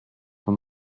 from